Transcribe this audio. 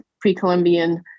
pre-Columbian